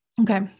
Okay